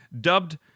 Dubbed